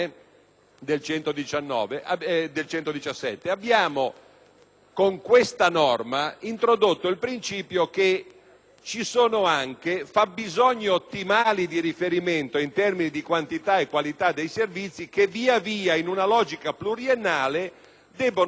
117 della Costituzione il principio secondo cui ci sono anche fabbisogni ottimali di riferimento, in termini di quantità e qualità dei servizi, che via via in una logica pluriennale debbono essere precisati al fine del loro progressivo conseguimento